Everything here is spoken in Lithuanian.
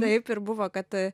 taip ir buvo kad